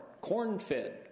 corn-fed